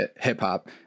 hip-hop